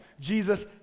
Jesus